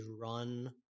run